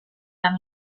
den